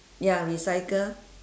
ya recycle